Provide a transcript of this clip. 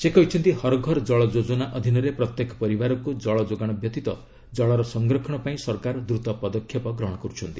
ସେ କହିଛନ୍ତି 'ହର୍ ଘର୍ ଜଳ ଯୋଜନା' ଅଧୀନରେ ପ୍ରତ୍ୟେକ ପରିବାରକୁ ଜଳ ଯୋଗାଣ ବ୍ୟତୀତ ଜଳର ସଂରକ୍ଷଣ ପାଇଁ ସରକାର ଦ୍ରତ ପଦକ୍ଷେପ ଗ୍ରହଣ କର୍ରଛନ୍ତି